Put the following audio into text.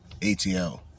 ATL